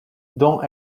dont